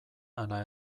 ala